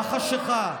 בחשכה.